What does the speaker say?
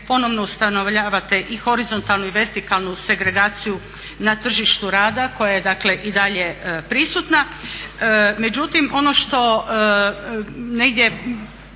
ponovno ustanovljavate i horizontalnu i vertikalnu segregaciju na tržištu rada koja je dakle i dalje prisutna. Međutim, ono što negdje